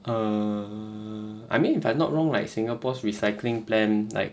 um I mean if I not wrong like singapore's recycling plan like